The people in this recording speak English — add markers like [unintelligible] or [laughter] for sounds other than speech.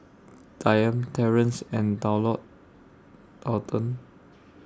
Dayami Terrence and [unintelligible] Daulton